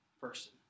person